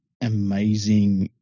amazing